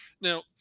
now